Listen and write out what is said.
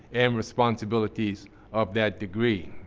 and responsibilities of that degree.